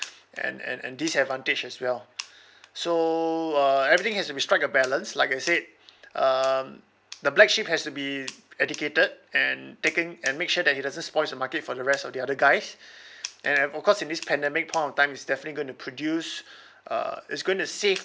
and and and disadvantage as well so uh everything has to be strike a balance like I said um the black sheep has to be educated and taking and make sure that he doesn't spoils the market for the rest of the other guys and of course in this pandemic point of time it's definitely going to produce uh it's going to save